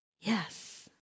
Yes